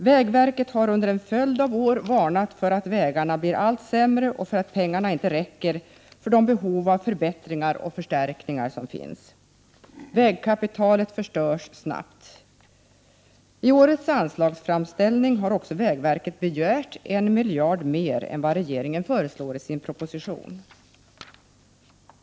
Vägverket har dock under en följd av år varnat för att vägarna blir allt sämre och för att pengarna inte räcker till för behovet av förbättringar och förstärkningar. Vägkapitalet förstörs snabbt. I årets anslagsframställning har också vägverket begärt en miljard mer än vad regeringen föreslår i sin proposition.